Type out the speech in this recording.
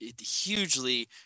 hugely